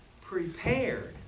prepared